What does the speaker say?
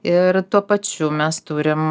ir tuo pačiu mes turim